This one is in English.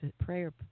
prayer